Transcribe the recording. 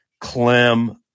Clem